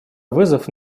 вызов